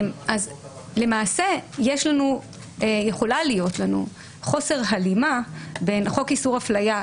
אז למעשה יכול להיות לנו חוסר הלימה בין חוק איסור הפליה,